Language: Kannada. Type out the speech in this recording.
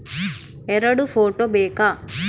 ಎರಡು ಫೋಟೋ ಬೇಕಾ?